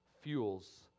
fuels